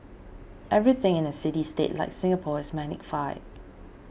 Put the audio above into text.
everything in a city state like Singapore is magnified